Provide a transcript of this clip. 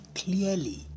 clearly